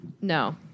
no